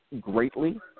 greatly